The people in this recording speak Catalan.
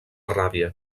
ràbia